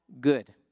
good